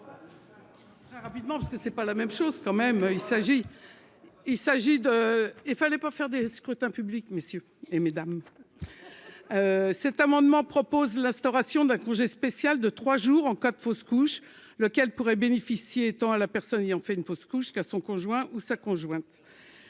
c'est pas la même chose quand même, il s'agit, il s'agit de et il fallait pas faire des scrutins publics, messieurs et mesdames, cet amendement propose l'instauration d'un congé spécial de 3 jours en cas de fausse couche, lequel pourrait bénéficier étant à la personne ayant fait une fausse couche jusqu'à son conjoint ou sa conjointe